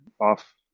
off